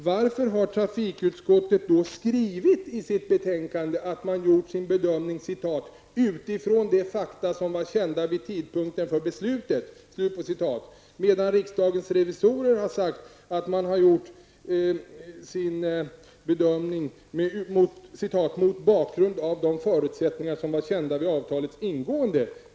Varför har då utskottet skrivit i sitt betänkande att man gjort sin bedömning ''utifrån de fakta som var kända vid tidpunkten för beslutet''? Riksdagens revisorer har sagt att man har gjort sin bedömning mot bakgrund av de förutsättningar som var kända vid avtalets ingående.